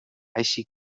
així